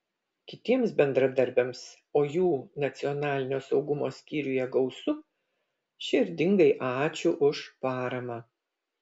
kitiems bendradarbiams o jų nacionalinio saugumo skyriuje gausu širdingai ačiū už paramą